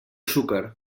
xúquer